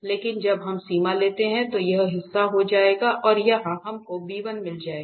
लेकिन जब हम सीमा लेते हैं तो यह हिस्सा 0 हो जाएगा और यहाँ हम को मिल जाएगा